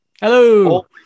hello